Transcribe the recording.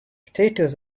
potatoes